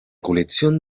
colección